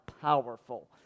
powerful